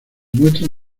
muestran